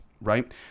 right